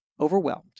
overwhelmed